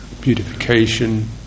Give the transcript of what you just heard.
beautification